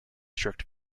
strict